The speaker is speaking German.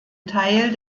teil